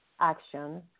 action